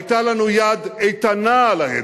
היתה לנו יד איתנה על ההדק.